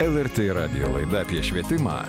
lrt radijo laida apie švietimą